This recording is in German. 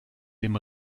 dem